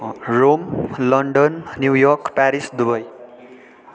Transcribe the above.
Rome London New York Paris Dubai